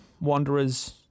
Wanderers